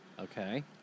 Okay